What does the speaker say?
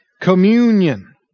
Communion